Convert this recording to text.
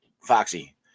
Foxy